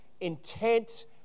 intent